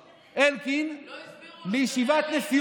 מה, אתה מפחד להיות בסדר?